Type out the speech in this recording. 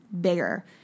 bigger